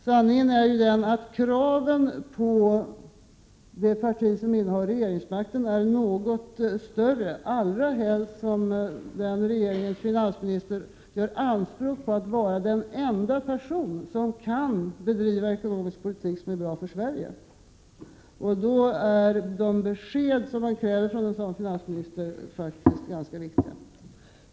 Sanningen är ju den att kraven på det parti som innehar regeringsmakten är något större, allra helst som den regeringens finansminister gör anspråk på att vara den enda person som kan bedriva ekonomisk politik som är bra för Sverige. Då är de besked som man kräver från en sådan finansminister faktiskt ganska viktiga.